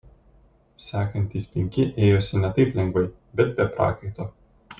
sekantys penki ėjosi ne taip lengvai bet be prakaito